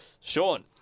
Sean